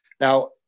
Now